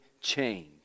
change